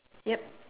yup